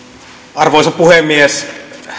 arvoisa puhemies